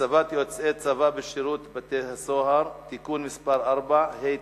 (הצבת יוצאי צבא בשירות בתי-הסוהר) (תיקון מס' 4),